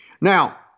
Now